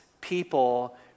people